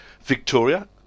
Victoria